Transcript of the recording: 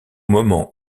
moment